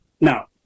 Now